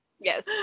Yes